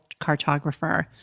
cartographer